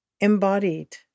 embodied